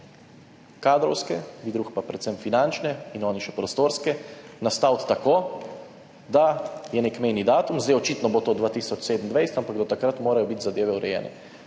kadrovske med drugim, predvsem finančne in še prostorske –, nastaviti tako, da je nek mejni datum, zdaj očitno bo to 2027, ampak do takrat morajo biti zadeve urejene.